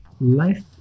Life